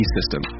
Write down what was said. System